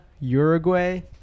Uruguay